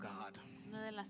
God